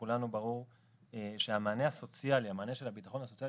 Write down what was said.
לכולנו ברור שהמענה של הביטחון הסוציאלי